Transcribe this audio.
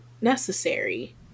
necessary